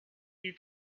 you